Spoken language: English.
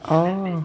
orh